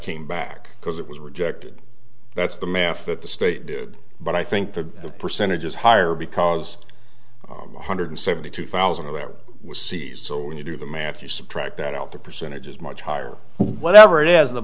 came back because it was rejected that's the math that the state did but i think the percentage is higher because one hundred seventy two thousand of them were seized so when you do the math you subtract that out the percentage is much higher whatever it is the